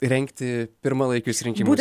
rengti pirmalaikius rinkimus